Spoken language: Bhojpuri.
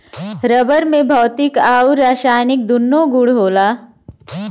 रबर में भौतिक आउर रासायनिक दून्नो गुण होला